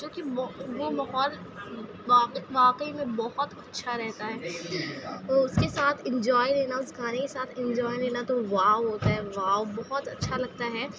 جو کہ ماحو وہ ماحول واقعی میں بہت اچّھا رہتا ہے اس کے ساتھ انجوائے لینا اس گانے کے ساتھ انجوائے لینا تو واؤ ہوتا ہے واؤ بہت اچّھا لگتا ہے